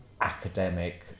academic